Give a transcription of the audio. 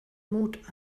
mut